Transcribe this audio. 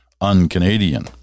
un-Canadian